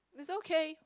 is okay